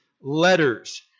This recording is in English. letters